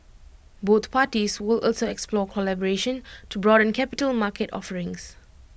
both parties will also explore collaboration to broaden capital market offerings